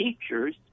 teachers—